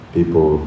People